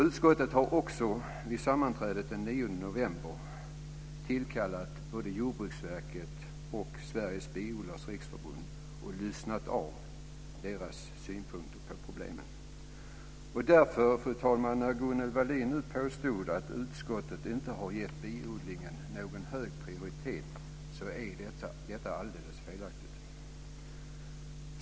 Utskottet har också vid sammanträdet den 9 november tillkallat representanter från både Jordbruksverket och Sveriges Biodlares Riksförbund och lyssnat på deras synpunkter på problemen. Det var alldeles felaktigt när Gunnel Wallin nu påstod att utskottet inte har gett biodlingen någon hög prioritet.